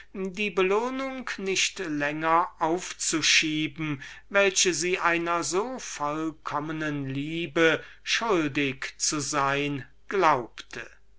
die belohnung nicht länger aufzuschieben welche sie einer so vollkommenen liebe schuldig zu sein glaubte